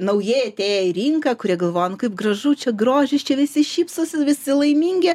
naujai atėję į rinką kurie galvoja nu kaip gražu čia grožis čia visi šypsosi visi laimingi